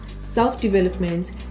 self-development